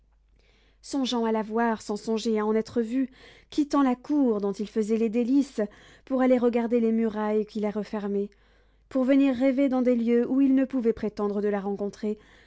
songeant à la voir sans songer à en être vu quittant la cour dont il faisait les délices pour aller regarder les murailles qui la refermaient pour venir rêver dans des lieux où il ne pouvait prétendre de la rencontrer